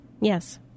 Yes